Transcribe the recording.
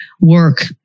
work